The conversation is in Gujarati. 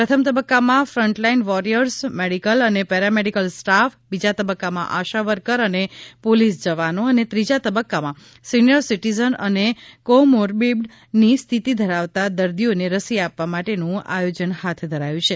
પ્રથમ તબક્કામાં ફંટલાઈન વોરિયર્સ મેડિકલ અને પેરામેડિકલ સ્ટાફ બીજા તબક્કામાં આશા વર્કર અને પોલીસ જવાનો અને ત્રીજા તબક્કામાં સિનિયર સિટિઝન અને કો મોર્બિડની સ્થિતિ ધરાવતા દર્દીઓને રસી આપવા માટેનું આયોજન હાથ ધરાયું છે